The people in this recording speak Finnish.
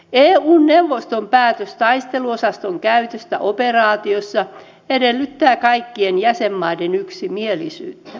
eun neuvoston päätös taisteluosaston käytöstä operaatiossa edellyttää kaikkien jäsenmaiden yksimielisyyttä